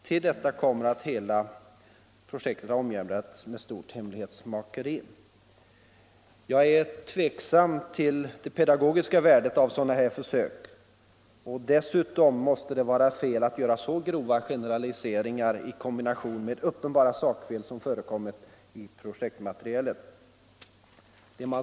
Till detta kommer att hela projektet har omgärdats med stor hemlighetsfullhet. Jag är mycket tveksam inför det pedagogiska värdet av sådana här försök. Det måste också vara fel att göra så grova generaliseringar — ibland t.o.m. uppenbara sakfel — som förekommit i projektmaterialet.